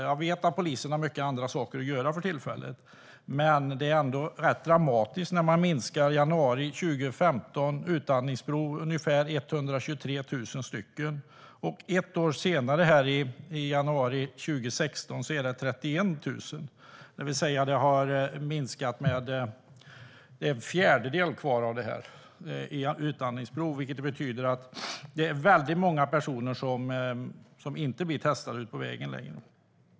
Jag vet att polisen har mycket annat att göra, men det är rätt dramatiskt att minska antalet utandningsprov från 123 000 i januari 2015 till 31 000 i januari 2016. Det görs alltså bara en fjärdedel så många. Det betyder att det är väldigt många personer som inte blir testade ute på vägarna längre.